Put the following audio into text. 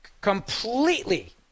completely